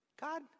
God